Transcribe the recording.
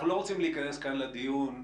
אנחנו לא רוצים להיכנס כאן לדיון טוב,